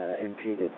impeded